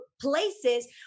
places